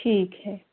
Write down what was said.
ठीक है